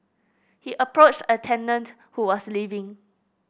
he approached a tenant who was leaving